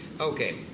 Okay